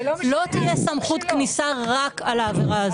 לא תהיה סמכות כניסה רק על העבירה הזו.